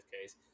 case